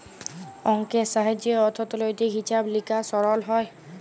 অংকের সাহায্যে অথ্থলৈতিক হিছাব লিকাস সরল হ্যয়